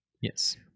Yes